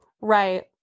Right